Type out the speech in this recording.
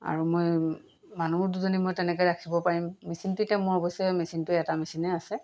আৰু মই মানুহো দুজনী মই তেনেকৈ ৰাখিব পাৰিম মেচিনটো এতিয়া মোৰ অৱশ্যে মেচিনটো এটা মেচিনেই আছে